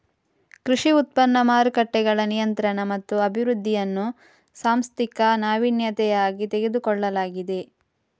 ಕೃಷಿ ಉತ್ಪನ್ನ ಮಾರುಕಟ್ಟೆಗಳ ನಿಯಂತ್ರಣ ಮತ್ತು ಅಭಿವೃದ್ಧಿಯನ್ನು ಸಾಂಸ್ಥಿಕ ನಾವೀನ್ಯತೆಯಾಗಿ ತೆಗೆದುಕೊಳ್ಳಲಾಗಿದೆ